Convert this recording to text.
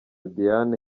diane